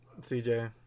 CJ